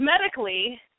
medically